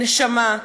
הנשמה: